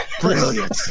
Brilliant